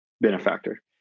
benefactor